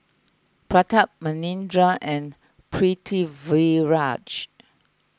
Pratap Manindra and Pritiviraj